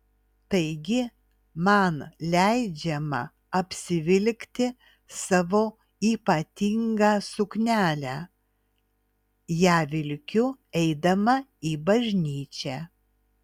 taigi man leidžiama apsivilkti savo ypatingą suknelę ją vilkiu eidama į bažnyčią